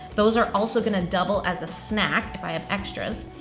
those are also gonna double as a snack if i have extras.